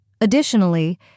Additionally